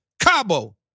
Cabo